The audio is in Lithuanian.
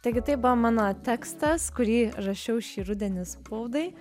taigi tai buvo mano tekstas kurį rašiau šį rudenį spaudai